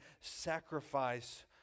sacrifice